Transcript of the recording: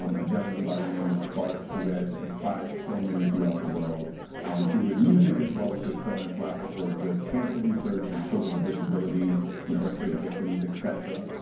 um a gentleman by the name of sparsh who has inspired so many throughout the world um through his music as well as his philanthropic work with cancer research and children with disabilities and earthquake victims, et cetera.